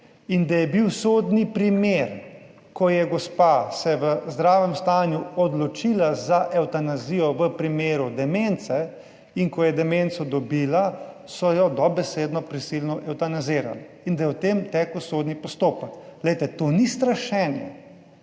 in da je bil sodni primer, ko je gospa se v zdravem stanju odločila za evtanazijo v primeru demence in ko je demenco dobila, so jo dobesedno prisilno evtanazirali in da je o tem tekel sodni postopek. Glejte to ni strašenje.